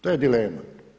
To je dilema.